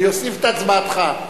אני אוסיף את הצבעתך.